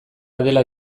dela